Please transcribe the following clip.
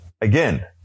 Again